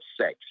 sex